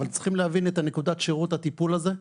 אבל צריכים להבין את נקודת השירות של הטיפול הזה,